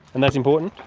and that's important?